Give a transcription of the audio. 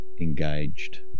engaged